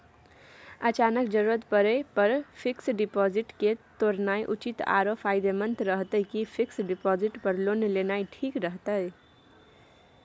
अचानक जरूरत परै पर फीक्स डिपॉजिट के तोरनाय उचित आरो फायदामंद रहतै कि फिक्स डिपॉजिट पर लोन लेनाय ठीक रहतै?